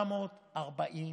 60,840